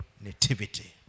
Nativity